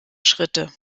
schritte